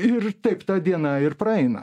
ir taip ta diena ir praeina